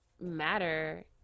matter